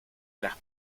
las